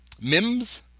mims